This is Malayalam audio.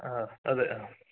ആഹ്ഹ അതെ ആഹ്ഹ